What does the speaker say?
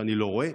שאני לא רואה,